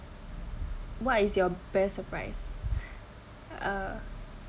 what is your best surprise uh